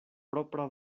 propra